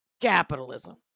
capitalism